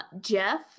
Jeff